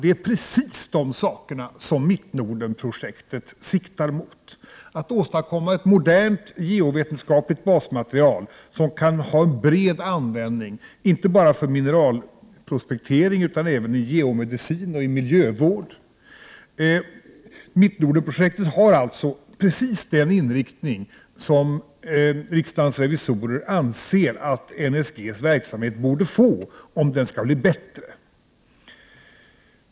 Det är precis dessa saker som man med Mittnordenprojektet siktar mot, att åstadkomma ett modernt geovetenskapligt basmaterial som har ett brett användningsområde, inte bara för mineralprospektering utan även i geomediciner och inom miljövård. Mittnordenprojektet har alltså precis den inriktning som riksdagens revisorer anser att NSG:s verksamhet borde få, om den skall bli bättre.